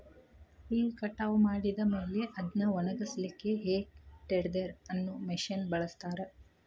ಹುಲ್ಲ್ ಕಟಾವ್ ಮಾಡಿದ ಮೇಲೆ ಅದ್ನ ಒಣಗಸಲಿಕ್ಕೆ ಹೇ ಟೆಡ್ದೆರ್ ಅನ್ನೋ ಮಷೇನ್ ನ ಬಳಸ್ತಾರ